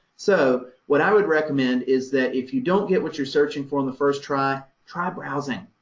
so what i would recommend is that if you don't get what you're searching for in the first try, try browsing,